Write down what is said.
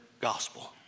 gospel